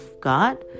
got